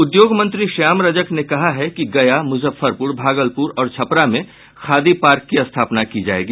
उद्योग मंत्री श्याम रजक ने कहा है कि गया मुजफ्फरपुर भागलपुर और छपरा में खादी पार्क की स्थापना की जायेगी